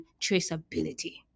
traceability